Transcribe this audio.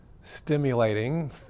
stimulating